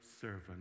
servant